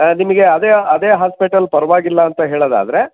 ಹಾಂ ನಿಮಗೆ ಅದೇ ಅದೇ ಹಾಸ್ಪಿಟಲ್ ಪರವಾಗಿಲ್ಲ ಅಂತ ಹೇಳೋದಾದ್ರೆ